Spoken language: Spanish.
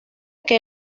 que